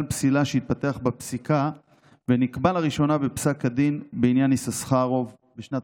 פסילה שהתפתח בפסיקה ונקבע לראשונה בפסק הדין בעניין יששכרוב בשנת